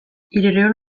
hirurehun